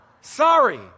Sorry